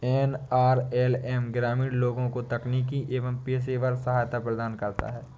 NRLM ग्रामीण लोगों को तकनीकी और पेशेवर सहायता प्रदान करता है